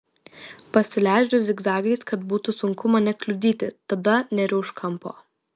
pasileidžiu zigzagais kad būtų sunku mane kliudyti tada neriu už kampo